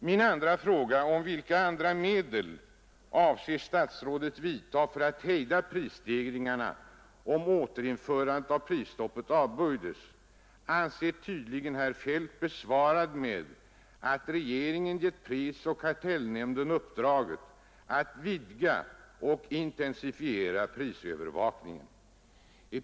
Min andra fråga, om vilka andra medel statsrådet avser att tillgripa för att hejda prisstegringarna om ett återinförande av prisstoppet avböjs, anser tydligen herr Feldt besvarad med att regeringen givit prisoch kartellnämnden uppdraget att vidga och intensifiera prisövervakningen.